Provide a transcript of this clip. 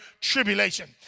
tribulation